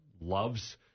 loves